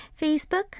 Facebook